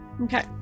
Okay